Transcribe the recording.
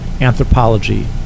anthropology